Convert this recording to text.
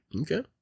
Okay